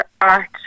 art